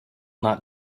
not